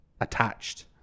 attached